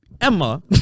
emma